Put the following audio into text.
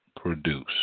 produce